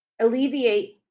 alleviate